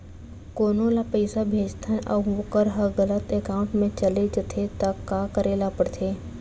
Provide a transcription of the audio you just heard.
कोनो ला पइसा भेजथन अऊ वोकर ह गलत एकाउंट में चले जथे त का करे ला पड़थे?